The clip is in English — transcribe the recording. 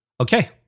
okay